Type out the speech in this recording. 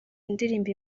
indirimbo